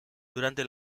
durante